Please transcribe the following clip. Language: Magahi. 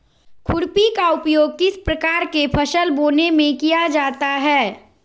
खुरपी का उपयोग किस प्रकार के फसल बोने में किया जाता है?